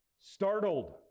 startled